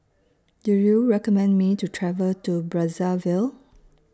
Do YOU recommend Me to travel to Brazzaville